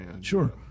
sure